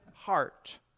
heart